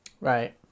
Right